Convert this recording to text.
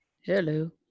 hello